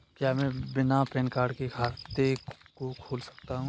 क्या मैं बिना पैन कार्ड के खाते को खोल सकता हूँ?